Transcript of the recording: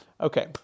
Okay